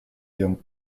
ihrem